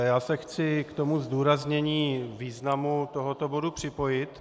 Já se chci k tomu zdůraznění významu tohoto bodu připojit.